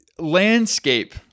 landscape